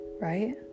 right